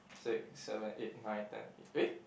six seven eight night ten eh eh